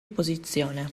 opposizione